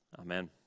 amen